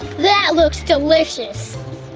that looks delicious.